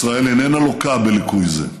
ישראל איננה לוקה בליקוי זה.